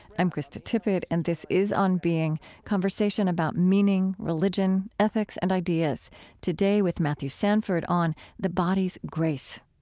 i'm krista tippett, and this is on being conversation about meaning, religion, ethics, and ideas today, with matthew sanford on the body's grace.